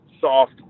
soft